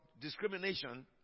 discrimination